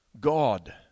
God